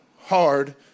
hard